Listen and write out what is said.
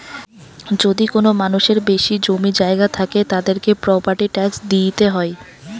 যদি কোনো মানুষের বেশি জমি জায়গা থাকে, তাদেরকে প্রপার্টি ট্যাক্স দিইতে হয়